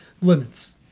limits